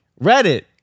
Reddit